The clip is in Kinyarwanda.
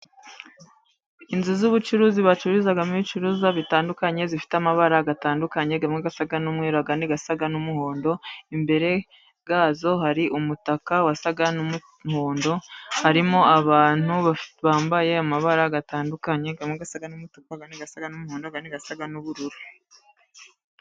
Inzu z'ubucuruzi bacururizamo ibicuruzwa bitandukanye, zifite amabara atandukanye amwe asa n'umweru, ayandi asa n'umuhondo, imbere yayo hari umutaka usa n'umuhondo, harimo abantu bambaye amabara atandukanye amwe asa n'umutuku, ayandi asa n'umuhondo, ayandi asa n'ubururu.